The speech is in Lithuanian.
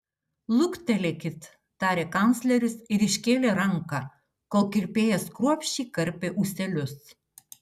luktelėkit tarė kancleris ir iškėlė ranką kol kirpėjas kruopščiai karpė ūselius